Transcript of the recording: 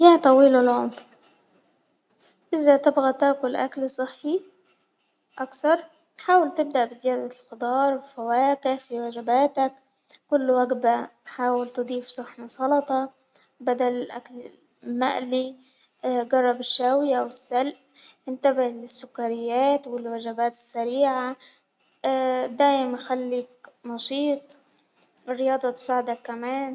يا طويل العمر. إذا تبغى تاكل أكل صحي أكثر حاول تبدأ بزيادة الخضار، الفواكه في وجباتك، كل وجبة حاول تضيف صحن سلطة بدل الأكل المألي جرب الشوي أو السلء إنتبه للسكريات والوجبات السريعة دايم خليك نشيط. الرياضة تساعدك كمان.